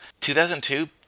2002